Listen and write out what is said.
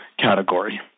category